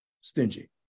stingy